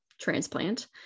transplant